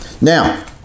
Now